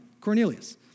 Cornelius